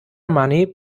money